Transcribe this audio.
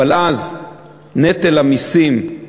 אבל אז נטל המסים,